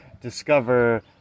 discover